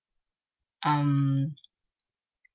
um